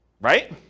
right